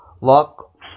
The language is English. Luck